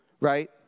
right